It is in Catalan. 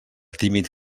tímid